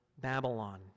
Babylon